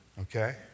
okay